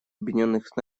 объединенных